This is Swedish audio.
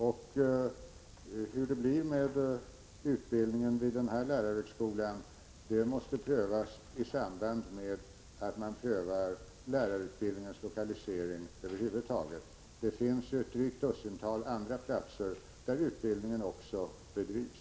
Hur det skall bli med utbildningen vid den här lärarhögskolan måste prövas i samband med att man prövar lärarutbildningens lokalisering över huvud taget. Det finns ett drygt dussintal andra platser där utbildningen också bedrivs.